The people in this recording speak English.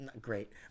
great